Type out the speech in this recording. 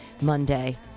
Monday